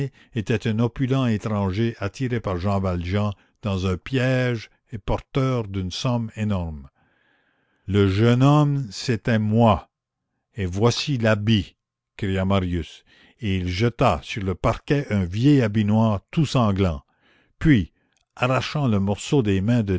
était un opulent étranger attiré par jean valjean dans un piège et porteur d'une somme énorme le jeune homme c'était moi et voici l'habit cria marius et il jeta sur le parquet un vieil habit noir tout sanglant puis arrachant le morceau des mains de